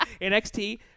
NXT